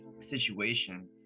situation